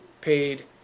paid